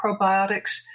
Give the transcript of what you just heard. probiotics